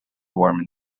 warm